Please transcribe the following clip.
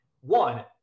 one